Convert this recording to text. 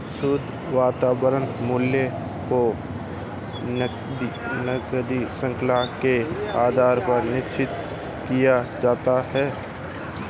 शुद्ध वर्तमान मूल्य को नकदी शृंखला के आधार पर निश्चित किया जाता है